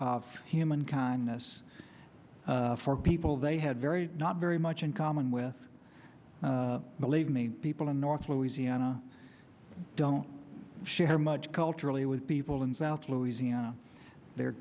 of human kindness for people they had very not very much in common with believe me people in north louisiana don't share much culturally with people in south louisiana the